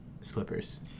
slippers